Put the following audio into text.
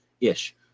ish